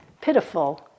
pitiful